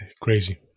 Crazy